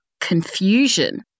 confusion